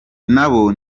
nabo